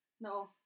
No